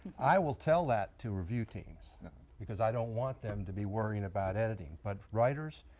i will tell that to review teams because i don't want them to be worried about editing. but writers,